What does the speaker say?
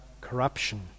corruption